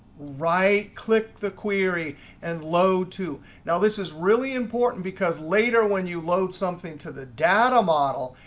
right click the query and load to. now this is really important. because later, when you load something to the data model,